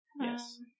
Yes